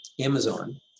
Amazon